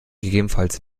gegebenenfalls